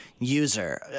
User